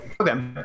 Okay